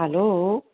hello